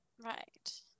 Right